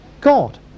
God